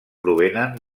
provenen